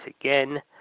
again